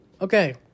Okay